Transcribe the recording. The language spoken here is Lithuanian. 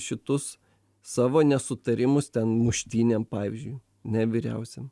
šitus savo nesutarimus ten muštynėm pavyzdžiui ne vyriausiam